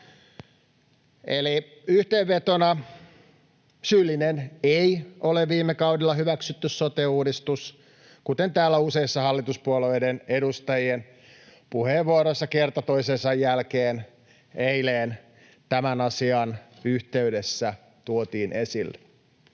Eli yhteenvetona: syyllinen ei ole viime kaudella hyväksytty sote-uudistus, kuten täällä useissa hallituspuolueiden edustajien puheenvuoroissa kerta toisensa jälkeen eilen tämän asian yhteydessä tuotiin esille.